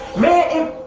man, if.